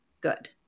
good